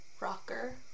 Rocker